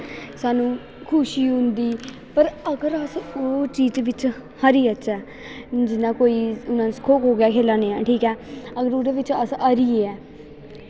सानूं खुशी होंदी पर अगर अस ओह् चीज बिच्च हारी जाच्चै जि'यां अस कोई खो खो गै खेला ने आं ठीक ऐ अगर ओह्दे बिच्च अस हारियै